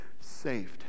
Saved